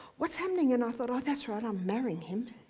what's happening? and i thought, oh, that's right, i'm marrying him.